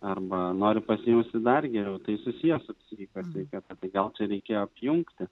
arba nori pasijusti dar geriau tai susiję su psichikos sveikata tai gal reikėjo apjungti